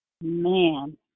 Man